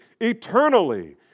eternally